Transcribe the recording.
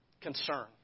concern